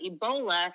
Ebola